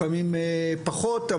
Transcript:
לפעמים פחות.